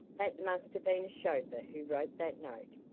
that must have been a chauffeur who wrote that note,